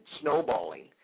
snowballing